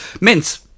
mince